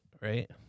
right